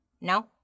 No